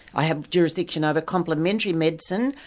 i have jurisdiction over complementary medicine,